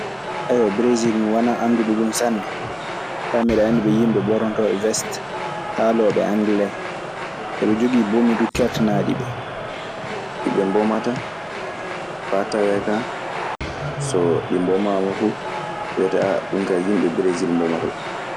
Bresil mi wana andu ɗo dun sanne, ka mi doo andi ɓe yimɓe ɓornotoɓe weste, halooɓe angele, heɓe jogii bomi duu keertanaaɗi ɓe ɗi ɓe mbomata. Faa tawee kaa so ɗi mbomaama fuu, wiyete "ɗun kayi, yimɓe Bresiil mbomata ɗun.".